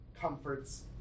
comforts